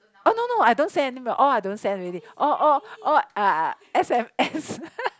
oh no no I don't send anymore all I don't already all all all uh S_M_S